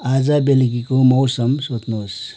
आज बेलुकीको मौसम सोध्नुहोस्